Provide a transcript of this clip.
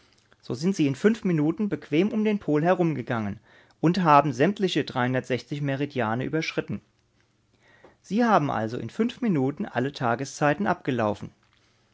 so sind sie in fünf minuten bequem um den pol herumgegangen und haben sämtliche mene überschritten sie haben also in fünf minuten alle tageszeiten abgelaufen